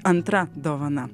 antra dovana